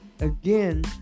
again